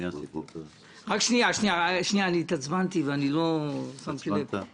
שנייה, התעצבנתי ולא שמתי לב.